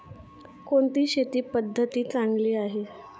कोणती शेती पद्धती चांगली आहे?